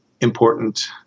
important